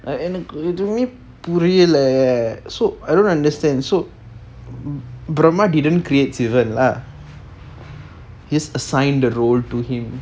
எனக்கு எதுவுமே புரியல:enakku ethuvume puriyala so I don't understand so brahma didn't create sivan lah he assigned role to him